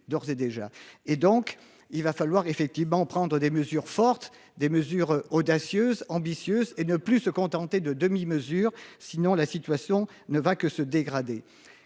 D'ores et déjà et donc il va falloir effectivement prendre des mesures fortes des mesures audacieuses ambitieuses et ne plus se contenter de demi-mesure, sinon la situation ne va que se dégrader.